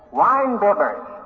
wine-bibbers